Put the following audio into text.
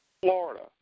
Florida